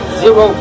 zero